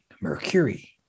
Mercury